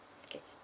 okay